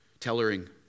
tellering